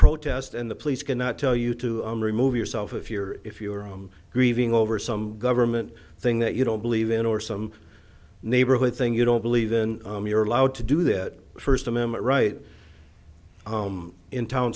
protest and the police can not tell you to remove yourself if you're if you are grieving over some government thing that you don't believe in or some neighborhood thing you don't believe then you're allowed to do that first amendment rights in town